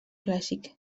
clàssic